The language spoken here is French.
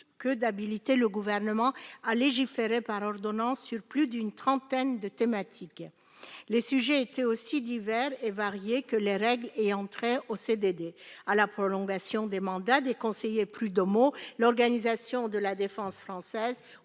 que d'habiliter le Gouvernement à légiférer par ordonnance sur plus d'une trentaine de thématiques. Les sujets étaient aussi divers et variés que les règles ayant trait aux CDD, à la prolongation des mandats des conseillers prud'homaux, à l'organisation de la défense française,